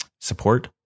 support